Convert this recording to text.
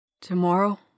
Tomorrow